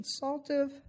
consultive